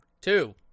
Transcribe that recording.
two